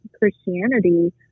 Christianity